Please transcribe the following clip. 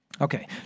Okay